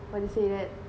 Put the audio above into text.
how to say that